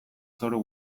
zoru